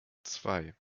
zwei